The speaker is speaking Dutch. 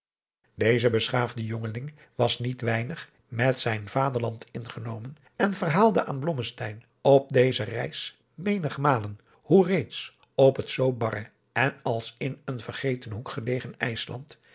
deze beschaafde jongeling was niet weinig met zijn vaderland ingenomen en verhaalde aan blommesteyn op deze reis menigmalen hoe reeds op het zoo barre en als in een vergeten hoek gelegen ijsland